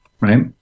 right